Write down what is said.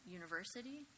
university